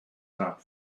not